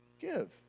give